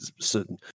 certain